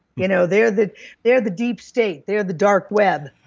you know they're the they're the deep state they're the dark web.